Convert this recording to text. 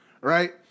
right